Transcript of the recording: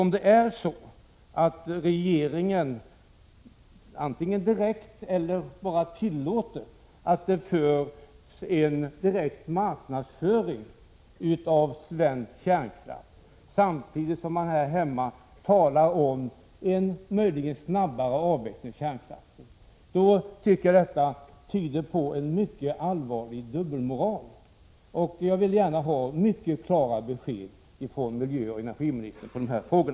Är det så att regeringen direkt eller indirekt medverkat till marknadsföring av svensk kärnkraft, samtidigt som man här hemma talar om en möjlig snabbare avveckling av kärnkraften? Detta tycker jag i så fall tyder på en mycket allvarlig dubbelmoral. Jag vill gärna ha mycket klara besked från miljöoch energiministern i dessa frågor.